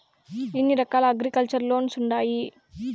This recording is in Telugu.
ఎన్ని రకాల అగ్రికల్చర్ లోన్స్ ఉండాయి